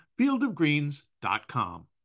fieldofgreens.com